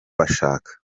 bashaka